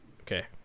Okay